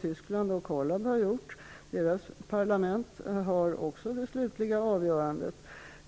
Tyskland och Holland har gjort på samma sätt. Deras parlament har också det slutliga avgörandet.